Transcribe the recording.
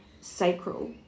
sacral